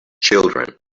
children